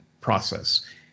process